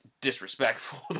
disrespectful